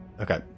Okay